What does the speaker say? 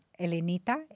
Elenita